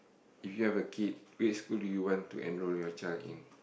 if you have a kid which school do you want to enroll your child in